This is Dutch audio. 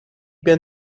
ben